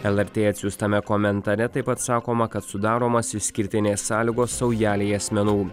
lrt atsiųstame komentare taip pat sakoma kad sudaromos išskirtinės sąlygos saujelei asmenų